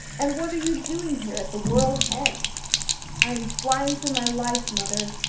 and what are you doing here, at the world's end i am flying for my life, mother,